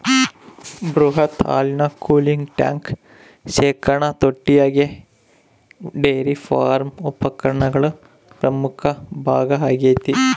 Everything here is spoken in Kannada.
ಬೃಹತ್ ಹಾಲಿನ ಕೂಲಿಂಗ್ ಟ್ಯಾಂಕ್ ಶೇಖರಣಾ ತೊಟ್ಟಿಯಾಗಿ ಡೈರಿ ಫಾರ್ಮ್ ಉಪಕರಣಗಳ ಪ್ರಮುಖ ಭಾಗ ಆಗೈತೆ